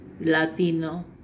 Latino